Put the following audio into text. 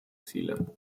ziele